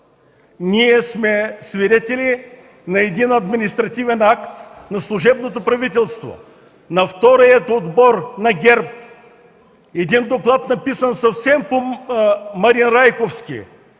ние сме свидетели на един административен акт на служебното правителство – на втория отбор на ГЕРБ; един доклад, написан съвсем по Марин-Райковски